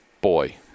boy